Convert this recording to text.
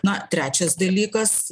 na trečias dalykas